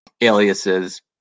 aliases